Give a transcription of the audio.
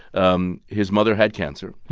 um his mother had cancer,